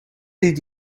did